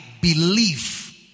belief